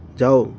ਜਾਓ